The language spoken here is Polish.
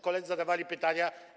Koledzy zadawali pytania.